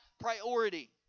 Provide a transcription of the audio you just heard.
priority